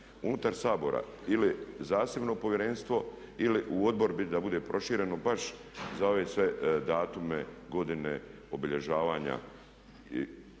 unutar Sabora ili zasebno povjerenstvo ili u Odbor da bude prošireno baš za ove sve datume, godine, obilježavanja.